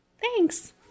Thanks